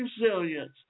resilience